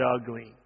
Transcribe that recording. ugly